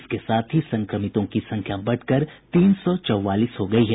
इसके साथ ही संक्रमितों की संख्या बढ़कर तीन सौ चौवालीस हो गयी है